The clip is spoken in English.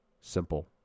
simple